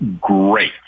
Great